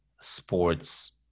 sports